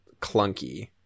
clunky